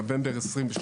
נובמבר 2022